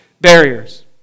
barriers